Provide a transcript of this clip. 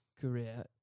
career